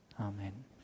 Amen